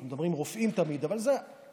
אנחנו תמיד מדברים על רופאים אבל זה סיעוד,